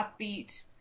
upbeat